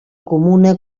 comuna